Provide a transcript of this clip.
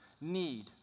need